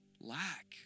lack